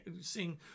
seeing